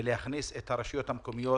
ולהכניס את הרשויות המקומיות